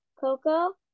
Coco